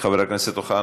חבר הכנסת אוחנה,